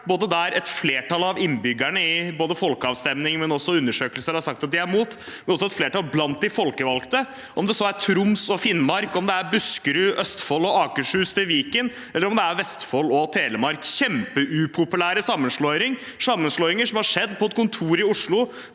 der et flertall av innbyggerne, både i folkeavstemning og i undersøkelser, har sagt at de er imot, og også et flertall blant de folkevalgte – om det så er Troms og Finnmark, om det er Buskerud, Østfold og Akershus til Viken, eller om det er Vestfold og Telemark. Dette er kjempeupopulære sammenslåinger, sammenslåinger som har skjedd på et kontor i Oslo,